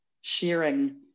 sharing